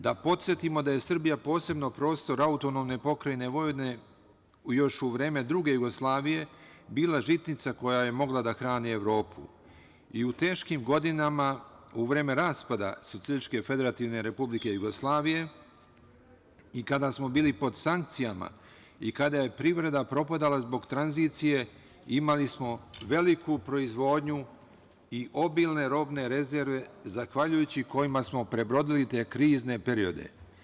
Da podsetimo da je Srbija posebno prostor AP Vojvodine još u vreme druge Jugoslavije bila žitnica koja je mogla da hrani Evropu i u teškim godinama u vreme raspada SFRJ i kada smo bili pod sankcijama, i kada je privreda propadala zbog tranzicije imali smo veliku proizvodnju i obilne robne rezerve zahvaljujući kojim smo prebrodili te krizne periode.